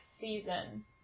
season